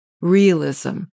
realism